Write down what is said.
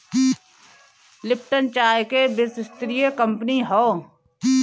Lipton चाय के विश्वस्तरीय कंपनी हअ